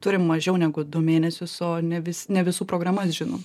turim mažiau negu du mėnesius o ne vis ne visų programas žinom